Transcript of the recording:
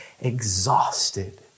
exhausted